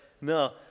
no